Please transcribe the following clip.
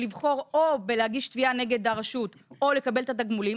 לבחור או בהגשת תביעה נגד הרשות או לקבל את התמלוגים,